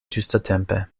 ĝustatempe